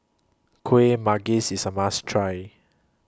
Kuih Manggis IS A must Try